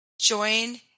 Join